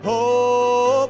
Hope